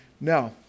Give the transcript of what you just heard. Now